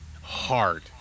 hard